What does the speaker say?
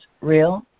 real